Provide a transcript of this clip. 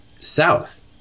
South